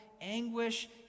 anguish